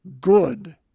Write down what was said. good